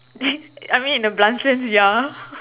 I mean in a bulnt sense ya